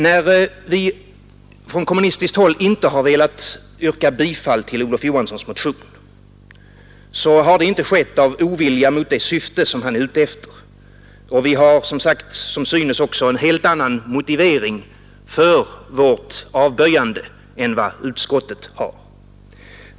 När vi från kommunistiskt håll inte har velat yrka bifall till Olof Johanssons motion, så har det inte skett av ovilja mot det syfte som han är ute för att främja. Vi har också, som synes, en helt annan motivering för vårt avböjande än vad utskottet har.